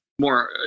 more